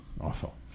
Awful